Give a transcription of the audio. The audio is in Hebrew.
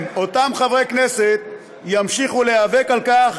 הם, אותם חברי כנסת, ימשיכו להיאבק על כך